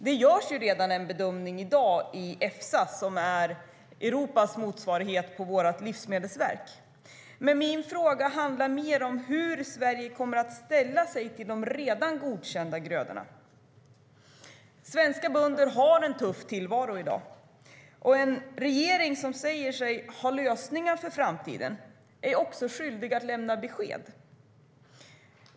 Det görs redan i dag en bedömning i Efsa, som är Europas motsvarighet till Livsmedelsverket hos oss. Men min fråga handlar mer om hur Sverige kommer ställa sig till de redan godkända grödorna. Svenska bönder har en tuff tillvaro i dag. En regering som säger sig ha lösningar för framtiden är också skyldig att lämna besked.